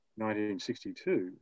1962